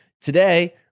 Today